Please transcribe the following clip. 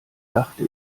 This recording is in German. dachte